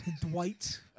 Dwight